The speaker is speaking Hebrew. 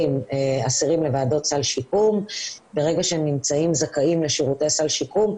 אסירים לוועדות סל שיקום וברגע שהם נמצאים זכאים לשירותי סל שיקום,